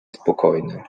spokojny